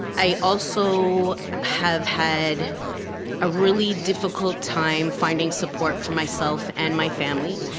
i also have had a really difficult time finding support for myself and my family.